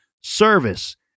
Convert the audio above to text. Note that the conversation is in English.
service